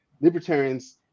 libertarians